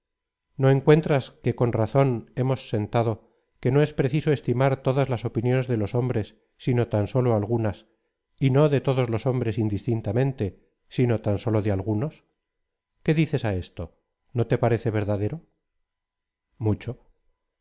no encuentras que con razón hemos sentado que no es preciso estimar todas las opiniones de los hombres sino tan sólo algunas y no de todos los hombres indistintamente sino tan sólo de algunos qué dices á esto no te parece verdadero